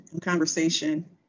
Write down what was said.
conversation